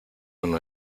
uno